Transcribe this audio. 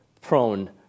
prone